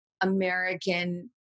American